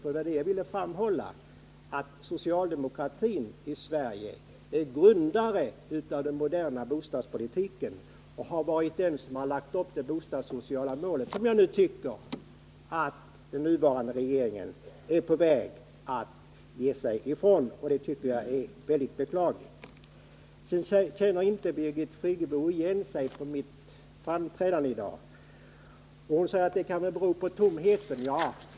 Jag ville just framhålla att socialdemokratin i Sverige är grundare av den moderna bostadspolitiken och har ställt upp det bostadssociala målet, som den nuvarande regeringen är på väg att ge sig ifrån. Det tycker jag är väldigt beklagligt. Birgit Friggebo känner inte igen debattmetoden i mitt framträdande i dag, och hon säger att det kan bero på tomheten i de konkreta förslagen.